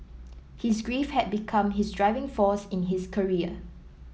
his grief had become his driving force in his career